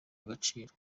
agaciro